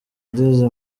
ugeze